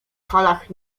falach